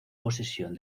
posesión